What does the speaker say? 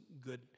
good